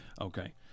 Okay